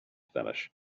finish